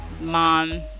mom